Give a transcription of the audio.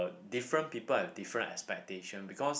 different people have different expectation because